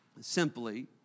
simply